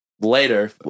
later